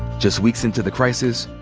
just weeks into the crisis,